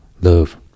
love